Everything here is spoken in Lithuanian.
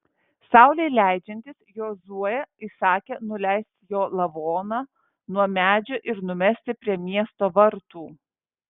saulei leidžiantis jozuė įsakė nuleisti jo lavoną nuo medžio ir numesti prie miesto vartų